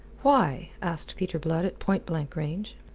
why? asked peter blood at point-blank range.